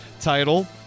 title